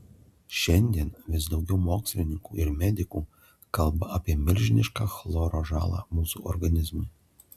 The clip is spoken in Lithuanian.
šiandien vis daugiau mokslininkų ir medikų kalba apie milžinišką chloro žalą mūsų organizmui